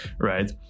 right